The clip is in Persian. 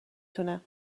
تونه